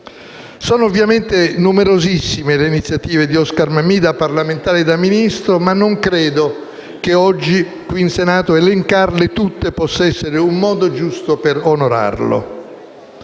Sono, ovviamente, numerosissime le iniziative di Oscar Mammì da parlamentare e da Ministro, ma non credo che oggi, qui in Senato, elencarle tutte possa essere il modo giusto per onorarlo.